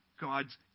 God's